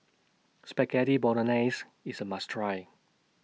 Spaghetti Bolognese IS A must Try